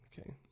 Okay